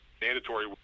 mandatory